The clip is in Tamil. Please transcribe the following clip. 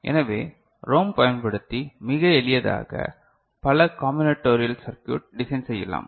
எனவே ரோம் பயன்படுத்தி மிக எளிதாக பல காம்பினட்டோரியல் சர்க்யுட் டிசைன் செய்யலாம்